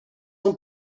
ans